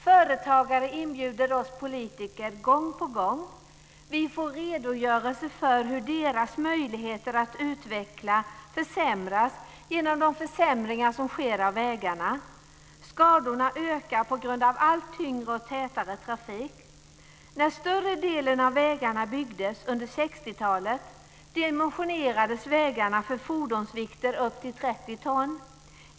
Företagare inbjuder oss politiker gång på gång. Vi får redogörelser för hur deras möjligheter att utvecklas försämras genom de försämringar som sker av vägarna. Skadorna ökar på grund av allt tyngre och tätare trafik. När större delen av vägarna byggdes under 60 ton.